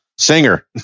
Singer